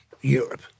Europe